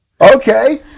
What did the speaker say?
Okay